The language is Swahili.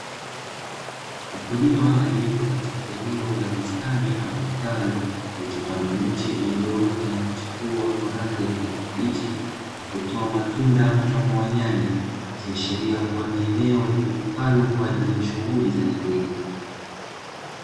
Mkulima aliyepo katika eneo la bustani ama kitalu kilichopandwa miche iliyoota na kuchipua kwa rangi ya kijani kibichi na kutoa matunda mfano wa nyanya, ikiashiria kuwa ni eneo litumikalo kwa ajili ya shughuli za kilimo.